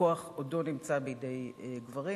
הכוח עודו נמצא בידי גברים,